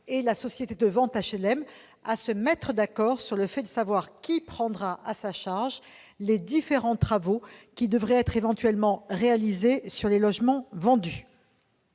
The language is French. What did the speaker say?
et la société de vente d'HLM à se mettre d'accord sur l'entité qui prendra à sa charge les différents travaux qui devraient être éventuellement réalisés dans les logements vendus.